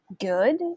good